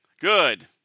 Good